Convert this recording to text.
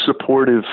supportive